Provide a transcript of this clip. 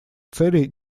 целей